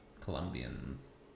Colombians